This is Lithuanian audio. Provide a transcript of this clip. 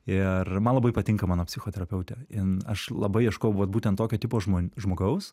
ir man labai patinka mano psichoterapeutė aš labai ieškojau vat būtent tokio tipo žmon žmogaus